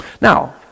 Now